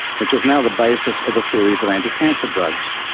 which is now the basis of a series of anti-cancer drugs.